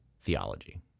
theology